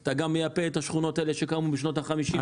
אתה גם מייפה את השכונות שקמו בשנות החמישים.